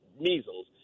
measles